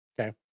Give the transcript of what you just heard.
Okay